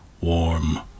warm